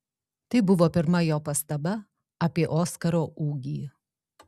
tai buvo pirma jo pastaba apie oskaro ūgį